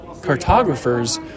cartographers